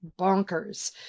bonkers